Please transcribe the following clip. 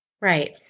Right